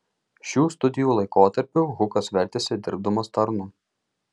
šių studijų laikotarpiu hukas vertėsi dirbdamas tarnu